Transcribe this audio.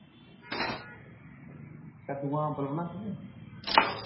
कद्दूआं अम्बल बनांदे तुस